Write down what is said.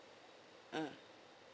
mm